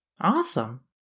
awesome